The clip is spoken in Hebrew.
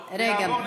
רגע,